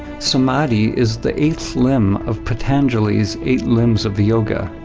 samadhi is the eighth limb of patanjali's eight limbs of the yoga,